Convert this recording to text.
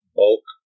bulk